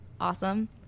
awesome